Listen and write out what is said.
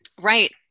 Right